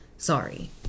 sorry